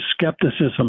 skepticism